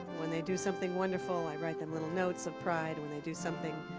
when they do something wonderful, i write them little notes of pride. when they do something